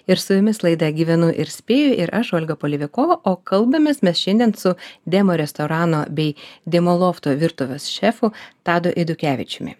ir su jumis laida gyvenu ir spėju ir aš olga polevikova o kalbamės mes šiandien su demo restorano bei demo lofto virtuvės šefu tadu eidukevičiumi